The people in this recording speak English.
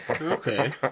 Okay